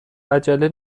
عجله